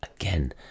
again